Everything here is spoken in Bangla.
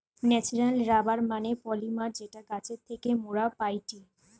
ন্যাচারাল রাবার মানে পলিমার যেটা গাছের থেকে মোরা পাইটি